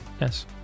Yes